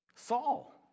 Saul